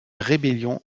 rébellion